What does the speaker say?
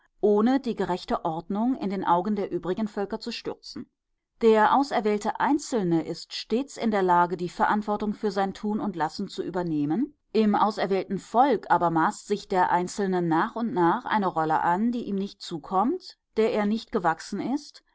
ohne die gerechte ordnung in den augen der übrigen völker zu stürzen der auserwählte einzelne ist stets in der lage die verantwortung für sein tun und lassen zu übernehmen im auserwählten volk aber maßt sich der einzelne nach und nach eine rolle an die ihm nicht zukommt der er nicht gewachsen ist